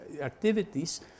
activities